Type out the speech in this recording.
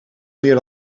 meer